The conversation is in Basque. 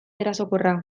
erasokorra